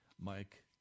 Mike